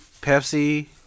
Pepsi